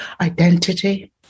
identity